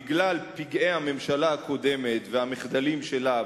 בגלל פגעי הממשלה הקודמת והמחדלים שלה,